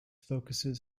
focuses